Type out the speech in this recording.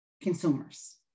consumers